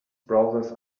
browsers